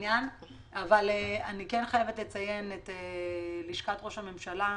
אבל אני כן חייבת לציין את לשכת ראש הממשלה,